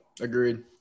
agreed